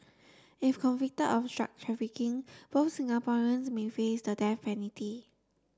if convicted of drug trafficking both Singaporeans may face the death penalty